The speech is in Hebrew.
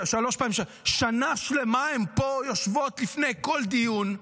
שלוש פעמים, שנה שלמה הן יושבות פה לפני כל דיון,